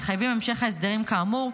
מחייבים המשך ההסדרים כאמור.